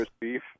Beef